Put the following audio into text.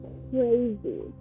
crazy